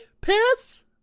Piss